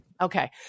Okay